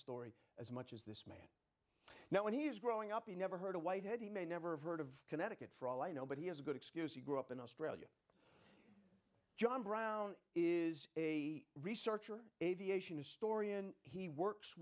story as much as this now when he's growing up he never heard a white head he may never have heard of connecticut for all i know but he has a good excuse he grew up in australia john browne is a researcher aviation historian he works